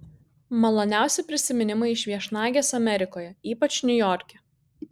maloniausi prisiminimai iš viešnagės amerikoje ypač niujorke